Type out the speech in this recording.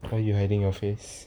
why you hiding your face